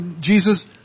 Jesus